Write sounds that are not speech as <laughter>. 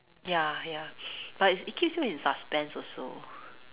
ya ya but <breath> it's it keeps you in suspense also